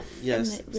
Yes